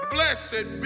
Blessed